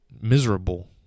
miserable